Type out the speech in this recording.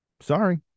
Sorry